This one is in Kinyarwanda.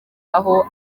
aho